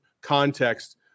context